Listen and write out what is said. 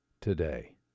today